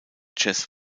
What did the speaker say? jazz